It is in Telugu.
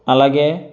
అలాగే